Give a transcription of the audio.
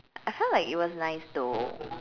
I felt like it was nice though